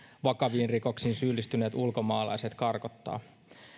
vakaviin rikoksiin syyllistyneet ulkomaalaiset karkottaa